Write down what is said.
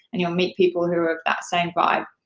and you'll meet people who are of that same vibe.